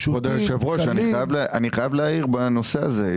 כבוד היושב ראש, אני חייב להעיר בנושא הזה.